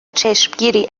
چشمگیری